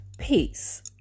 peace